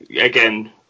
again